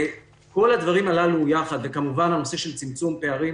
כל הדברים הללו יחד, וכמובן הנושא של צמצום פערים